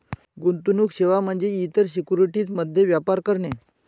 गुंतवणूक सेवा म्हणजे इतर सिक्युरिटीज मध्ये व्यापार करणे